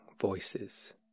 Voices